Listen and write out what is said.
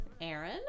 Aaron